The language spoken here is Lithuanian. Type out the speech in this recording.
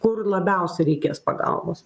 kur labiausiai reikės pagalbos